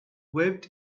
waved